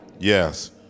Yes